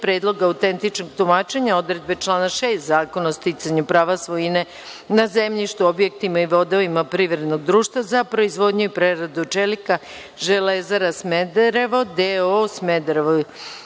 Predlog autentičnog tumačenja odredbe člana 6. Zakona o sticanju prava svojine na zemljištu, objektima i vodovima privrednog društva za proizvodnju i preradu čelika Železara Smederevo, d.o Smederevo,